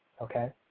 okay